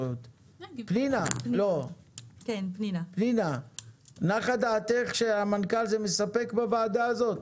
פנינה, נחה דעתך שהמנכ"ל זה מספק בוועדה הזאת?